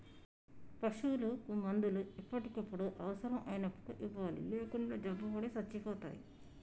పశువులకు మందులు ఎప్పటికప్పుడు అవసరం అయినప్పుడు ఇవ్వాలి లేకుంటే జబ్బుపడి సచ్చిపోతాయి